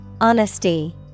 Honesty